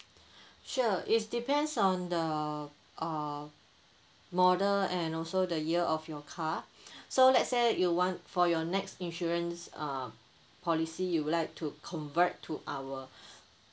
sure it's depends on the uh model and also the year of your car so let's say you want for your next insurance uh policy you would like to convert to our